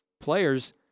players